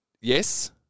Yes